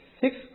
six